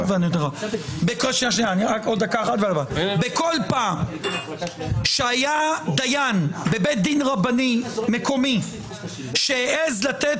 227. בכל פעם שהיה דיין בבית דין רבני מקומי שהעז לתת